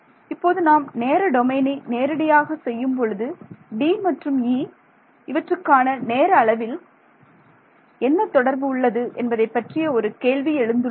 இப்போது நாம் நேர டொமைனை நேரடியாக செய்யும் பொழுது D மற்றும் E இவற்றுக்கான நேர அளவில் என்ன தொடர்பு உள்ளது என்பதை பற்றிய ஒரு கேள்வி எழுந்துள்ளது